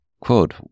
quote